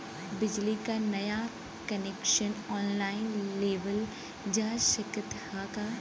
बिजली क नया कनेक्शन ऑनलाइन लेवल जा सकत ह का?